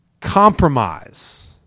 compromise